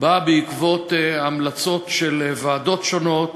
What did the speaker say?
באה בעקבות המלצות של ועדות שונות